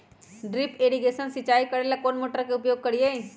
Drip irrigation सिंचाई करेला कौन सा मोटर के उपयोग करियई?